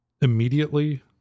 immediately